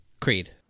Creed